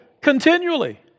continually